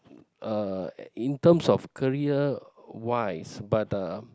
uh in terms of career-wise but the